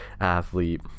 athlete